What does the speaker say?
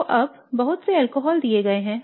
तो अब बहुत से अल्कोहल दिए गए हैं